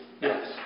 Yes